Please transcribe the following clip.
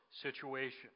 situation